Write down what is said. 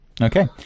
Okay